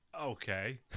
Okay